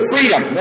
Freedom